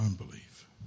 unbelief